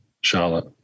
Charlotte